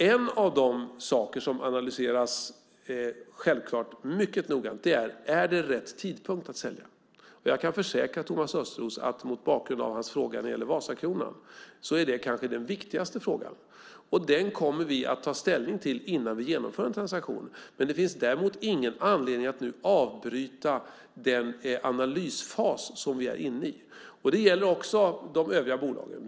En av de saker som självklart analyseras mycket noggrant är om det är rätt tidpunkt att sälja. Jag kan försäkra Thomas Östros, mot bakgrund av hans fråga om Vasakronan, att det kanske är den viktigaste frågan. Den kommer vi att ta ställning till innan vi genomför en transaktion. Men det finns däremot ingen anledning att nu avbryta just den analysfas vi är inne i. Det gäller också de övriga bolagen.